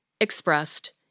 expressed